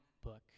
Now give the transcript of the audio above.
book